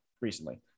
recently